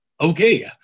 Okay